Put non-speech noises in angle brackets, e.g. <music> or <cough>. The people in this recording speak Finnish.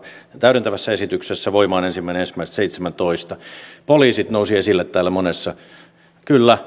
täydentävässä esityksessä voimaan ensimmäinen ensimmäistä seitsemäntoista poliisit nousivat esille täällä monessa kyllä <unintelligible>